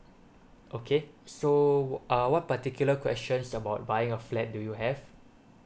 okay so uh what particular questions about buying a flat do you have